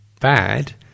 bad